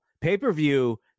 Pay-per-view